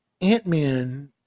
Ant-Man